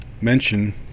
mention